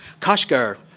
Kashgar